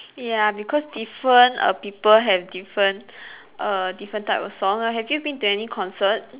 ya because different err people have different err different type of song err have you been to any concert